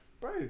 bro